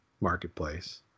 marketplace